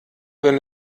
wenn